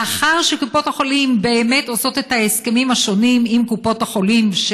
לאחר שקופות החולים באמת עושות את ההסכמים השונים עם בתי החולים,